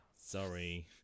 Sorry